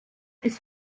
ist